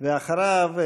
ואחריו,